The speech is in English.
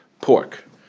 Pork